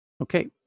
Okay